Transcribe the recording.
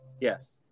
Yes